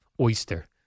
oyster